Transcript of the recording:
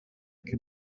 can